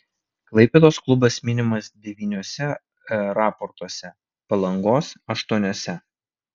klaipėdos klubas minimas devyniuose raportuose palangos aštuoniuose